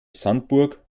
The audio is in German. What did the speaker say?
sandburg